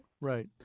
Right